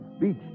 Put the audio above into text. beach